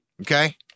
Okay